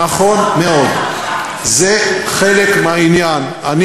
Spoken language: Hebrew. מינימום 5%, לא עד 5%. זה חלק מהעניין, נכון מאוד.